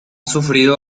sufrido